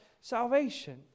salvation